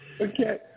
Okay